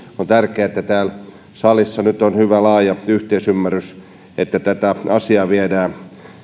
on tärkeää että täällä salissa nyt on hyvä laaja yhteisymmärrys että tätä asiaa viedään